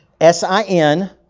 S-I-N